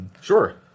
Sure